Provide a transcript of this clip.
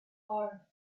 are